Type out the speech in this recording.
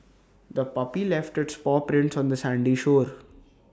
the puppy left its paw prints on the sandy shore